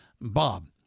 Bob